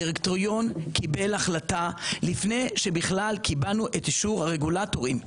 הדירקטוריון קיבל החלטה לפני שבכלל קיבלנו את אישור הרגולטורים,